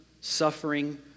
suffering